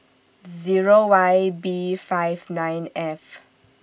Zero Y B five nine F